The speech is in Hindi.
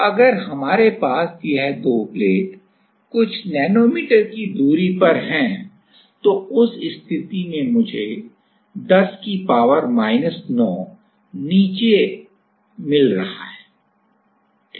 तो अगर हमारे पास यह दो प्लेट कुछ नैनोमीटर की दूरी पर है तो उस स्थिति में मुझे 10 की पावर माइनस 9 नीचे मिल रहा है